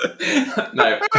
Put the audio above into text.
No